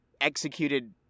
executed